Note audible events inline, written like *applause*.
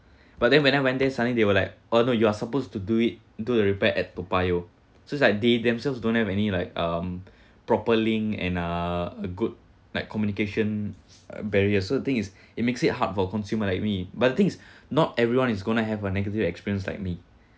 but then when I went there suddenly they were like oh no you supposed to do it do the repair at toa payoh so it's like they themselves don't have any like um *breath* proper link and uh a good like communication barrier so the thing is *breath* it makes it hard for consumer like me but the thing is *breath* not everyone is going to have a negative experience like me